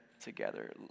together